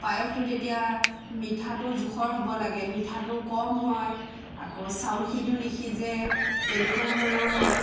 পায়সটোত এতিয়া মিঠাটো জোখৰ হ'ব লাগে মিঠাটো কম হয় আকৌ চাউলখিনিও নিসিজে তেনেকুৱা ধৰণৰ হয়